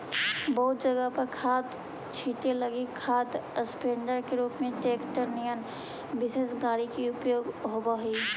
बहुत जगह पर खाद छीटे लगी खाद स्प्रेडर के रूप में ट्रेक्टर निअन विशेष गाड़ी के उपयोग होव हई